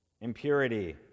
impurity